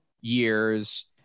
years